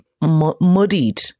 muddied